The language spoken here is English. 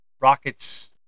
rockets